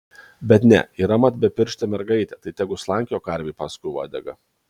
bet ne yra mat bepirštė mergaitė tai tegu slankioja karvei paskui uodegą